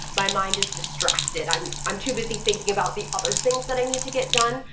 my mind is distracted. i'm i'm too busy thinking about the other things that i need to get done.